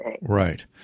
Right